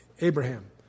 Abraham